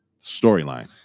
storyline